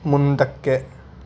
ಮುಂದಕ್ಕೆ